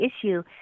issue